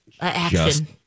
action